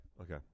Okay